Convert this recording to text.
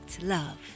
love